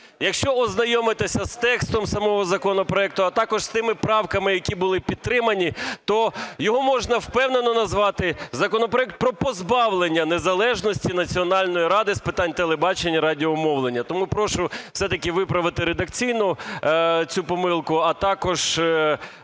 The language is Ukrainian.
Якщо ознайомитися з текстом самого законопроекту, а також з тими правками, які були підтримані, то його можна впевнено назвати – законопроект про позбавлення незалежності Національної ради з питань телебачення і радіомовлення. Тому прошу все-таки виправити редакційно цю помилку. А також